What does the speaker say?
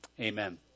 amen